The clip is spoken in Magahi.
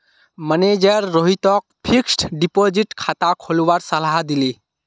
मनेजर रोहितक फ़िक्स्ड डिपॉज़िट खाता खोलवार सलाह दिले